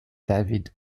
david